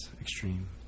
extreme